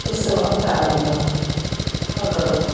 उत्सवः प्रारम्भम् अकरोत्